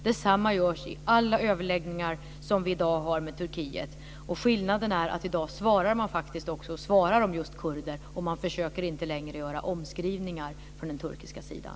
Detsamma görs i alla överläggningar som vi i dag har med Turkiet. Skillnaden är att i dag svarar man faktiskt också på frågor om kurder. Man försöker inte längre göra omskrivningar från den turkiska sidan.